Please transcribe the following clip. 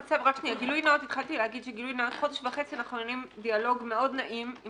גילוי נאות חודש וחצי אנחנו מנהלים דיאלוג מאוד נעים עם